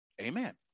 Amen